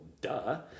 duh